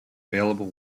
available